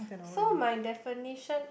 so my definition